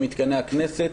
במתקני הכנסת,